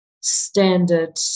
standard